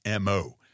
MO